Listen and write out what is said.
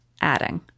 adding